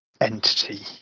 entity